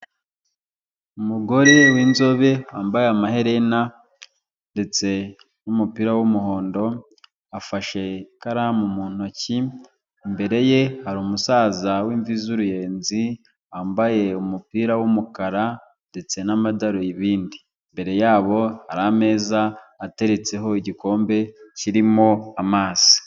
Umugore w'inzobe wambaye amaherena ndetse n'umupira w'umuhondo, afashe ikaramu mu ntoki, imbere ye hari umusaza w'imvi z'uruyenzi, wambaye umupira w'umukara ndetse n'amadarubindi, imbere yabo hari ameza ateretseho igikombe kirimo amazi.